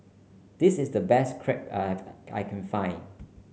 this is the best Crepe I I can find